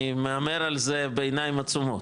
אני מהמר על זה בעיניים עצומות,